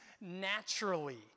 naturally